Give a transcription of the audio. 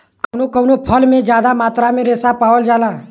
कउनो कउनो फल में जादा मात्रा में रेसा पावल जाला